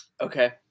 okay